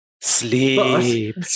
Sleep